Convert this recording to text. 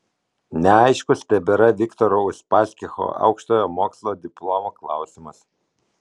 neaiškus tebėra viktoro uspaskicho aukštojo mokslo diplomo klausimas